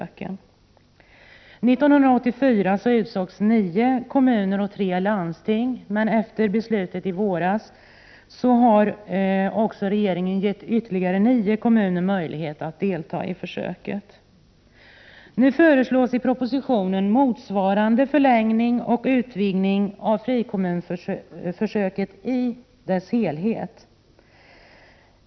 1984 utsågs nio kommuner och tre landsting, men efter beslutet i våras har regeringen gett ytterligare nio kommuner möjlighet att delta i försöket. I propositionen föreslås nu en motsvarande förlängning och utvidgning av frikommunsförsöket i dess helhet.